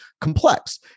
complex